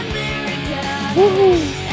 America